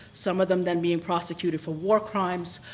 some of them then being prosecuted for war crimes